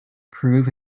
prove